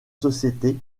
société